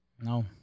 No